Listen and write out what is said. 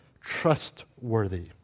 trustworthy